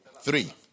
Three